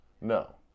no